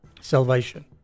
salvation